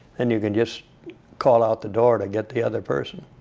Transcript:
and you can just call out the door to get the other person.